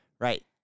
Right